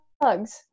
bugs